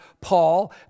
Paul